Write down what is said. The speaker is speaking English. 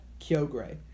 Kyogre